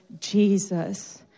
Jesus